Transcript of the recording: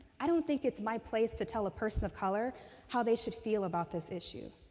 i don't think it's my place to tell a person of color how they should feel about this issue.